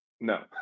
No